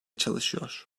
çalışıyor